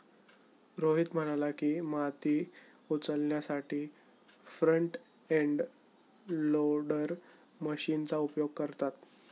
रोहित म्हणाला की, माती उचलण्यासाठी फ्रंट एंड लोडर मशीनचा उपयोग करतात